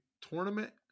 tournament